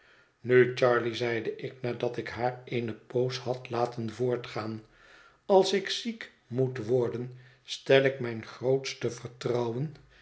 nu charley zeide ik nadat ik haar eene poos had laten voortgaan als ik ziek moet worden stel ik mijn grootste vertrouwen